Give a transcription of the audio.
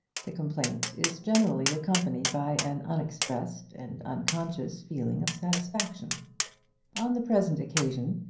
the complaint is generally accompanied by an unexpressed and unconscious feeling of satisfaction on the present occasion,